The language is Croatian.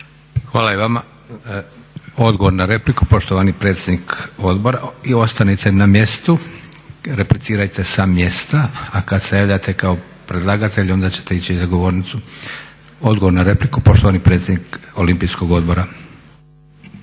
(SDP)** Odgovor na repliku, poštovani predsjednik odbora. I ostanite na mjestu, replicirajte sa mjesta. A kada se javljate kao predlagatelj onda ćete ići za govornicu. Odgovor na repliku poštovani predsjednik Olimpijskog odbora.